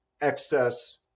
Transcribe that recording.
excess